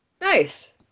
nice